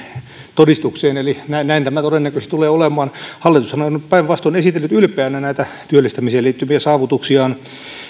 todistukseen eli näin näin tämä todennäköisesti tulee olemaan hallitushan on päinvastoin esitellyt ylpeänä näitä työllistämiseen liittyviä saavutuksiaan ei